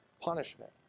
punishment